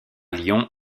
lyon